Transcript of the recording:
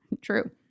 True